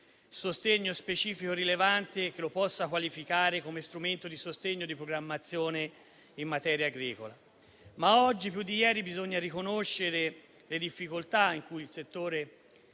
sostegno specifico rilevante che lo possa qualificare come strumento di sostegno e di programmazione in materia agricola. Oggi più di ieri, però, bisogna riconoscere le difficoltà in cui il settore